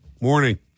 Morning